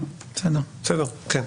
המשפטים.